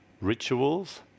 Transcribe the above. Rituals